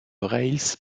rails